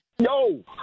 Yo